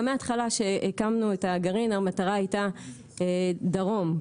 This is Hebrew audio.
גם מההתחלה כשהקמנו את הגרעין המטרה הייתה דרום,